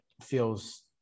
feels